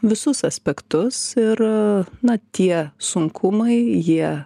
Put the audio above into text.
visus aspektus ir na tie sunkumai jie